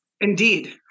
Indeed